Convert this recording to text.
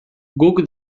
guk